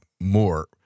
more